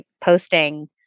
posting